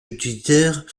utilitaires